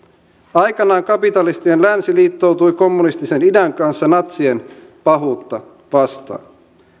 aikoinaan kapitalistinen länsi liittoutui kommunistisen idän kanssa natsien pahuutta vastaan